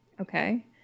Okay